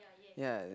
ya